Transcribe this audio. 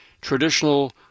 traditional